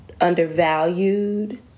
undervalued